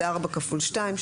זה ארבע כפול שתיים,